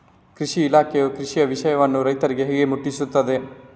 ಕೃಷಿ ಇಲಾಖೆಯು ಕೃಷಿಯ ವಿಷಯವನ್ನು ರೈತರಿಗೆ ಹೇಗೆ ಮುಟ್ಟಿಸ್ತದೆ?